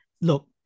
look